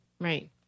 Right